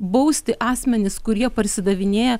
bausti asmenis kurie parsidavinėja